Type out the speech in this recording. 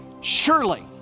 surely